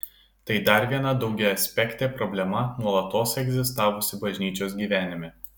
tai dar viena daugiaaspektė problema nuolatos egzistavusi bažnyčios gyvenime